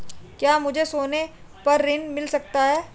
क्या मुझे सोने पर ऋण मिल सकता है?